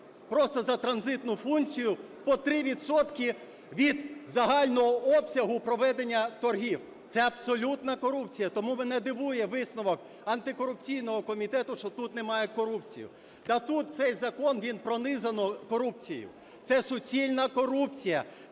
просто за транзитну функцію по 3 відсотки від загального обсягу проведення торгів. Це абсолютна корупція. Тому мене дивує висновок антикорупційного комітету, що тут немає корупції. Та тут цей закон він пронизано корупцією. Це суцільна корупція,